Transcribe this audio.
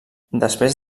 després